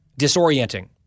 disorienting